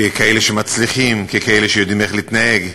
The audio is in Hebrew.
ככאלה שמצליחים, ככאלה שיודעים איך להתנהג,